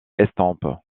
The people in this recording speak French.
estampes